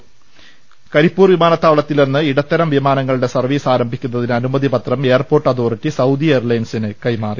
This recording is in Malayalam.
രു ൽ ശ്വ ൾ ഒ ൾ ഒ ൾ ഒ രു കരിപ്പൂർ വിമാനത്താവളത്തിൽ നിന്ന് ഇടത്തരം വിമാനങ്ങളുടെ സർവീസ് ആരംഭിക്കുന്നതിന് അനുമതി പത്രം എയർപോർട്ട് അതോറിറ്റി സൌദി എയർലൈൻസിന് കൈമാറി